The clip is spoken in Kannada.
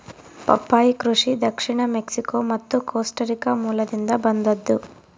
ಪಪ್ಪಾಯಿ ಕೃಷಿ ದಕ್ಷಿಣ ಮೆಕ್ಸಿಕೋ ಮತ್ತು ಕೋಸ್ಟಾರಿಕಾ ಮೂಲದಿಂದ ಬಂದದ್ದು